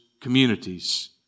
communities